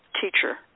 teacher